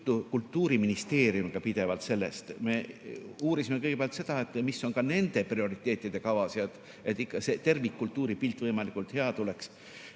Kultuuriministeeriumiga pidevalt olnud juttu sellest. Me uurisime kõigepealt seda, mis on nende prioriteetide kavas, et see tervikkultuuripilt ikka võimalikult hea tuleks,